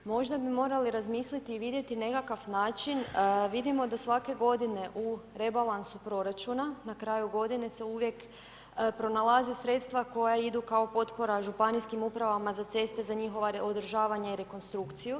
Možda bi morali razmisliti i vidjeti nekakav način, vidimo da svake godine u rebalansu proračuna na kraju godine se uvijek pronalaze sredstva koja idu kao potpora Županijskim upravama za ceste za njihova održavanje i rekonstrukciju.